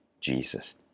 Jesus